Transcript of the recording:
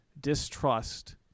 distrust